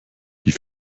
die